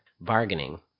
bargaining